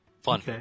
fun